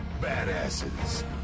badasses